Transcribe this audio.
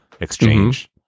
exchange